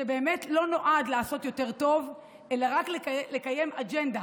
שלא נועד לעשות יותר טוב אלא רק לקיים אג'נדה.